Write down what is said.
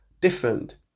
different